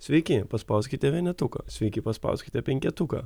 sveiki paspauskite vienetuką sveiki paspauskite penketuką